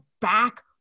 back